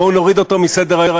בואו נוריד אותו מסדר-היום.